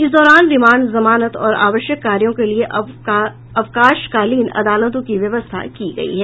इस दौरान रिमांड जमानत और आवश्यक कार्यो के लिए अवकाशकालीन अदालतों की व्यवस्था की गयी है